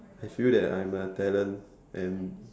I feel that I'm a talent and